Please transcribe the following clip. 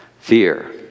Fear